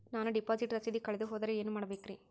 ನಾನು ಡಿಪಾಸಿಟ್ ರಸೇದಿ ಕಳೆದುಹೋದರೆ ಏನು ಮಾಡಬೇಕ್ರಿ?